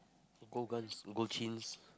gold guns gold chains